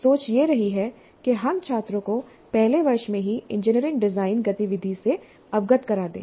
सोच यह रही है कि हम छात्रों को पहले वर्ष में ही इंजीनियरिंग डिजाइन गतिविधि से अवगत करा दें